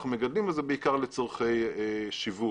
אנחנו מגדלים אבל בעיקר לצורכי שיווק.